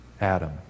Adam